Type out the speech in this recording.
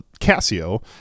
Casio